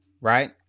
right